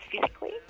physically